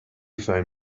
found